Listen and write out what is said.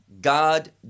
God